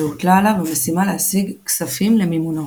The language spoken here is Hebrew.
והוטלה עליו המשימה להשיג כספים למימונו.